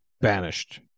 banished